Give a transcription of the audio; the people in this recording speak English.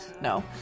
No